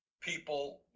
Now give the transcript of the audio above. people